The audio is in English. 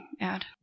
add